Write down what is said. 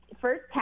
first